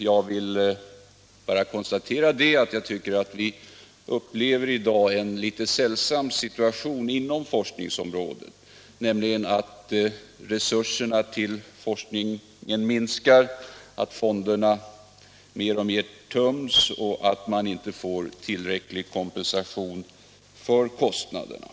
Jag vill bara konstatera att vi i dag upplever en sällsam situation på forskningsområdet — nämligen att resurserna till forskningen minskar, att fonderna mer och mer töms och att man inte får tillräcklig kompensation för kostnadsökningarna.